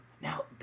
Now